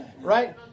Right